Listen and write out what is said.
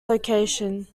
location